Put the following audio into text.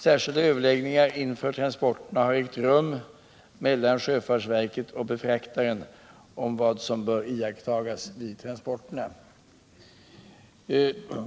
Inför transporterna har särskilda överläggningar ägt rum mellan sjöfartsverket och befraktaren om vad som bör iakttas vid transporterna.